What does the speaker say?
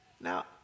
Now